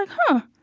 like huh,